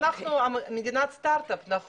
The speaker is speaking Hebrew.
אנחנו מדינת סטארט-אפ, נכון?